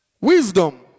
Wisdom